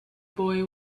boy